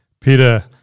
Peter